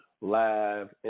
live